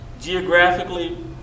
geographically